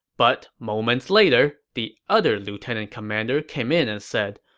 but moments later, the other lieutenant commander came in and said,